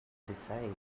decide